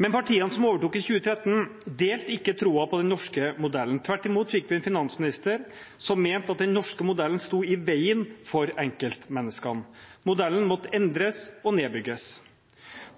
Men partiene som overtok i 2013, delte ikke troen på den norske modellen. Tvert imot fikk vi en finansminister som mente at den norske modellen sto i veien for enkeltmenneskene. Modellen måtte endres og nedbygges.